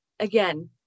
again